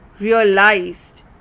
realized